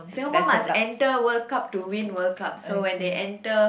Singapore must enter World Cup to win World Cup so when they enter